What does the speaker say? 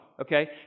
okay